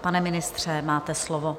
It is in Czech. Pane ministře, máte slovo.